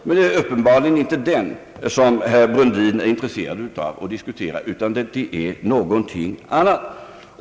Men det är uppenbarligen inte den som herr Brundin är intresserad av att diskutera utan det är någonting annat.